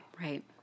Right